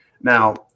Now